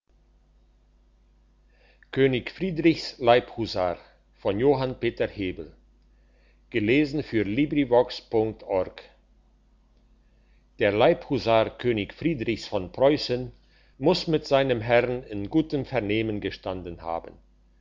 könig friedrichs leibhusar der leibhusar könig friedrichs von preussen muss mit seinem herrn in gutem vernehmen gestanden haben